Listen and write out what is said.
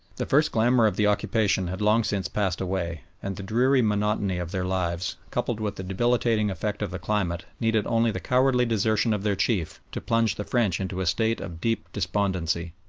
the first glamour of the occupation had long since passed away, and the dreary monotony of their lives, coupled with the debilitating effect of the climate, needed only the cowardly desertion of their chief to plunge the french into a state of deep despondency.